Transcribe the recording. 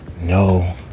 no